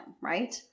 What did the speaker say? right